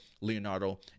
Leonardo